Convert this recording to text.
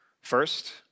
First